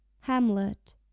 Hamlet